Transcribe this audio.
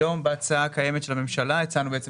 היום בהצעה הקיימת של הממשלה הצענו בעצם